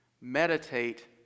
Meditate